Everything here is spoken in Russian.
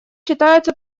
читается